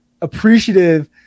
appreciative